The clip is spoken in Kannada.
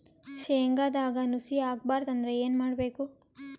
ಶೇಂಗದಾಗ ನುಸಿ ಆಗಬಾರದು ಅಂದ್ರ ಏನು ಮಾಡಬೇಕು?